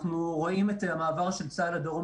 אנחנו רואים את המעבר של צה"ל לדרום